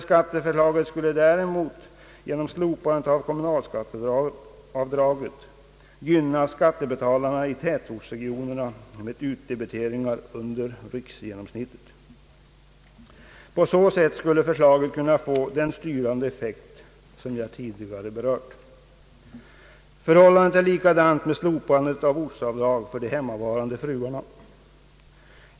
Skatteförslaget skulle däremot genom slopandet av kommunalskatteavdraget gynna skattebetalare i tätortsregionerna med utdebiteringar under riksgenomsnittet. På så sätt skulle förslaget kunna få den styrande effekt, som jag tidigare berörde. Förhållandet är likartat när det gäller slopande av ortsavdraget för hemmafruarna.